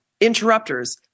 interrupters